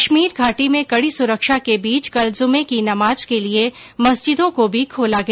कश्मीर घाटी में कड़ी सुरक्षा के बीच कल जुमे की नमाज के लिए मस्जिदों को भी खोला गया